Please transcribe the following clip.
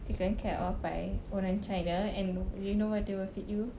taken care of by orang china and do you know what they will feed you